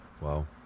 Wow